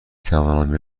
توانم